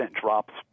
drops